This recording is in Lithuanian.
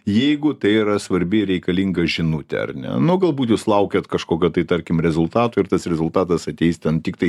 jeigu tai yra svarbi reikalinga žinutė ar ne nu galbūt jūs laukiat kažkokio tai tarkim rezultatų ir tas rezultatas ateis ten tiktai